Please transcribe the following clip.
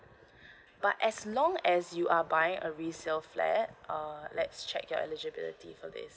but as long as you are buying a resale flat uh let's check the eligibility for this